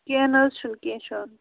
کیٚنٛہہ نہٕ حظ چھُنہٕ کیٚنٛہہ چھُنہٕ